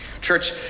Church